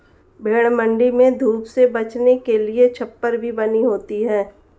भेंड़ मण्डी में धूप से बचने के लिए छप्पर भी बनी होती है